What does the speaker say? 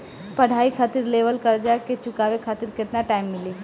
पढ़ाई खातिर लेवल कर्जा के चुकावे खातिर केतना टाइम मिली?